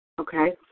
Okay